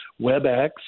WebEx